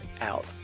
out